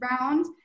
round